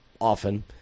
often